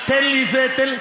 תן לי זה, תן לי,